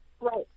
right